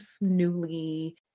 newly-